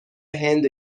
هند